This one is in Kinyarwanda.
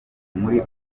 muri